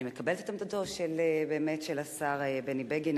אני מקבלת את עמדתו של השר בני בגין.